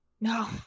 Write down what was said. No